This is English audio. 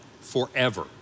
forever